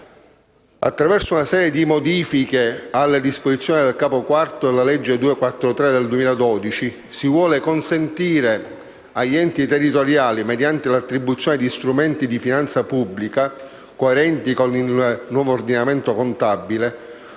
Attraverso una serie di modifiche alle disposizioni del Capo IV della legge n. 243 del 2012, si vuole consentire agli enti territoriali, mediante l'attribuzione di strumenti di finanza pubblica coerenti con il nuovo ordinamento contabile,